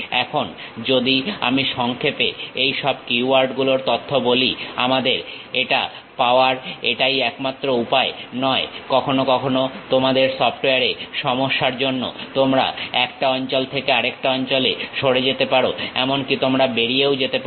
এখন যদি আমি সংক্ষেপে এইসব কীওয়ার্ড গুলোর তথ্য বলি আমাদের এটা পাওয়ার এটাই একমাত্র উপায় নয় কখনো কখনো তোমাদের সফটওয়্যারের সমস্যার জন্য তোমরা একটা অঞ্চল থেকে আরেকটা অঞ্চলে সরে যেতে পারো এমনকি তোমরা বেরিয়েও যেতে পারো